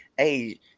hey